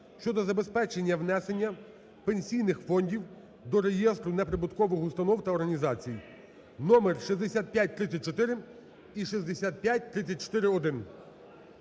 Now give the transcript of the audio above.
(щодо забезпечення внесення пенсійних фондів до Реєстру неприбуткових установ та організацій) (№6534 і 6534-1).